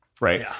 right